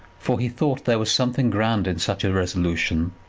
for he thought there was something grand in such a resolution.